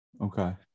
okay